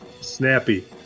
Snappy